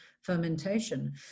fermentation